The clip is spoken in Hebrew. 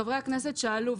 חברי הכנסת שאלו,